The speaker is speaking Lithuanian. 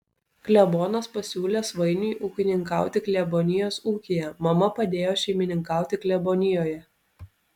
klebonas pasiūlė svainiui ūkininkauti klebonijos ūkyje mama padėjo šeimininkauti klebonijoje